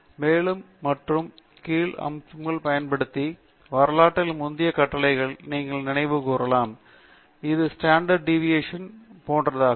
மேலே மற்றும் கீழே அம்புகள் பயன்படுத்தி வரலாற்றில் முந்தைய கட்டளைகளை நீங்கள் நினைவு கூறலாம் மற்றும் இது ஸ்டாண்டர்ட் டிவியேஷன் மற்றும் இது போன்றதாகும்